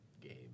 game